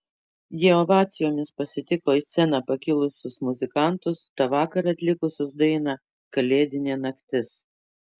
jie ovacijomis pasitiko į sceną pakilusius muzikantus tą vakarą atlikusius dainą kalėdinė naktis